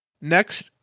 Next